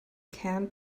camp